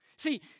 See